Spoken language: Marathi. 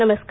नमस्कार